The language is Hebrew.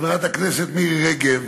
חברת הכנסת מירי רגב,